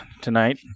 tonight